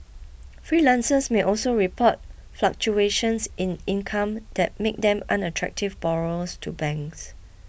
freelancers may also report fluctuations in income that make them unattractive borrowers to banks